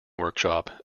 workshop